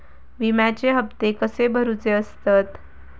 विम्याचे हप्ते कसे भरुचे असतत?